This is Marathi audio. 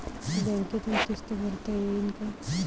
बँकेतून किस्त भरता येईन का?